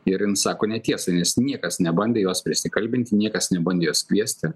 ir jin sako netiesą nes niekas nebandė jos prisikalbinti niekas nebandė jos kviesti